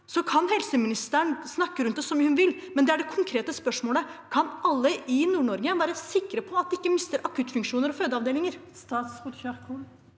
Så kan helseministeren snakke rundt det som hun vil, men det er det konkrete spørsmålet: Kan alle i NordNorge være sikre på at de ikke mister akuttfunksjoner og fødeavdelinger?